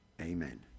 Amen